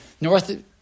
North